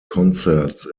concerts